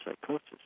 psychosis